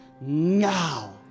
now